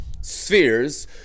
spheres